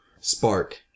Spark